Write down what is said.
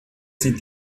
sind